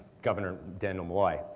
governor dannel malloy.